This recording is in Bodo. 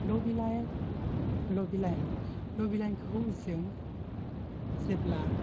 लबि लाइन लबि लाइन लबि लाइनखौ जों जेब्ला